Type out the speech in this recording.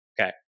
okay